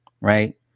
right